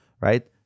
right